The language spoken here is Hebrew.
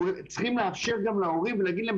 צריכים לאפשר גם להורים ולהגיד להם.